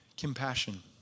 compassion